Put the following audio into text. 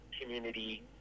community